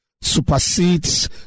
supersedes